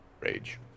Rage